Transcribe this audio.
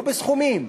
לא בסכומים,